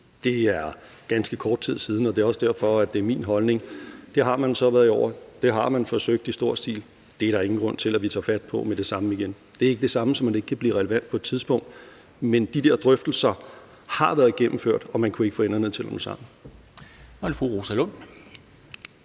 Det er ganske kort tid siden, og det er også derfor, at det er min holdning, at det har man så været inde over, og det har man forsøgt i stor stil, så det er der ingen grund til at vi tager fat på med det samme igen. Det er ikke det samme, som at det ikke kan blive relevant på et tidspunkt, men de der drøftelser har været gennemført, og man kunne ikke få enderne til at mødes.